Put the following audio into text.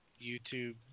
YouTube